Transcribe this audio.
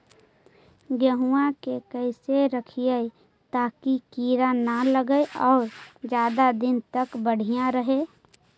गेहुआ के कैसे रखिये ताकी कीड़ा न लगै और ज्यादा दिन तक बढ़िया रहै?